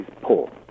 poor